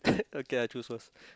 okay I choose first